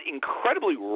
incredibly